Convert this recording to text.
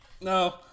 No